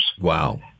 Wow